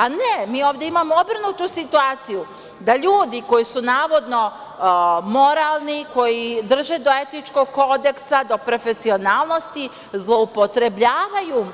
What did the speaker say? A, ne, mi ovde imamo obrnutu situaciju, da ljudi koji su navodno moralni, koji drže do etičkog kodeksa, do profesionalnosti, zloupotrebljavaju